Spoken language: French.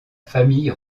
famille